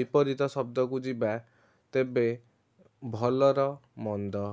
ବିପରୀତ ଶବ୍ଦକୁ ଯିବା ତେବେ ଭଲର ମନ୍ଦ